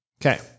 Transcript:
Okay